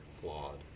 flawed